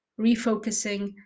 refocusing